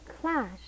clash